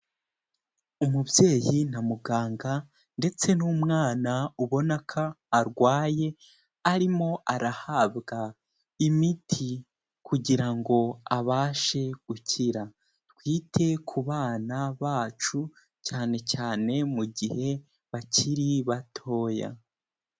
Umubyeyi na muganga ndetse n'umwana ubona ko arwaye, arimo arahabwa imiti kugira ngo abashe gukira. Twite ku bana bacu cyane cyane mu gihe bakiri batoya.